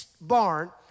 barn